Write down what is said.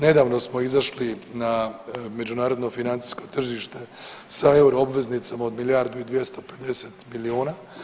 Nedavno smo izašli na međunarodno financijsko tržište sa euro obveznicama od milijardu i 250 milijuna.